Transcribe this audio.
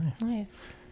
Nice